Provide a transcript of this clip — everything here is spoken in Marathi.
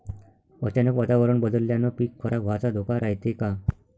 अचानक वातावरण बदलल्यानं पीक खराब व्हाचा धोका रायते का?